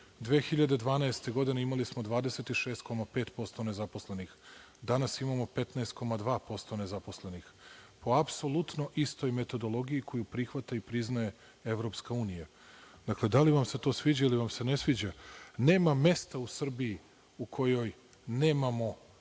2012. godine imali smo 26,5% nezaposlenih, danas 15,2% nezaposlenih po apsolutnoj istoj metodologiji koju prihvata i priznaje EU. Dakle, da li vam se to sviđa ili vam se ne sviđa, nema mesta u Srbiji u kome nemamo,